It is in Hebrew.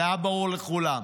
זה היה ברור לכולם,